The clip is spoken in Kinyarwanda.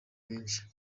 benshi